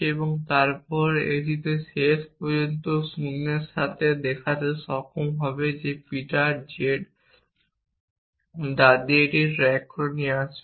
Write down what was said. এবং তারপর এটি শেষ পর্যন্ত শূন্যের সাথে দেখাতে সক্ষম হবে যে পিটার z এর দাদী এটি ট্র্যাক ফিরে আসবে